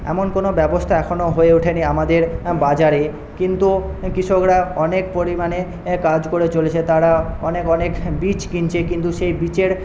এমন কোনও ব্যবস্থা এখনও হয়ে ওঠেনি আমাদের বাজারে কিন্তু কৃষকরা অনেক পরিমাণে কাজ করে চলেছে তারা অনেক অনেক বীজ কিনছে কিন্তু সেই বীজের